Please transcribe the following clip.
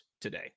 today